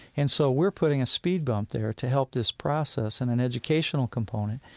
and so we're putting a speed bump there to help this process, and an educational component,